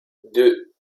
deux